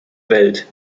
welt